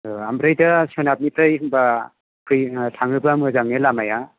औ ओमफ्राय दा सोनाबनिफ्राय होमबा फैनो थाङोबा मोजां ने लामाया